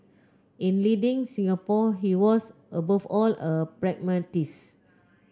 in leading Singapore he was above all a pragmatist